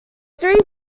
three